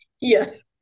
yes